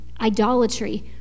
idolatry